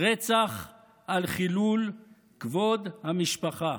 "רצח על חילול כבוד המשפחה".